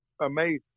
amazing